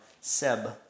Seb